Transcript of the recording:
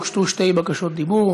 הוגשו שתי בקשות דיבור.